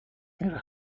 میره